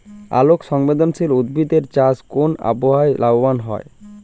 আলোক সংবেদশীল উদ্ভিদ এর চাষ কোন আবহাওয়াতে লাভবান হয়?